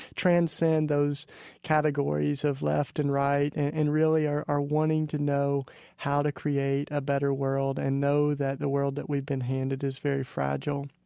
transcend those categories of left and right, and really are are wanting to know how to create a better world and know that the world that we've been handed is very fragile.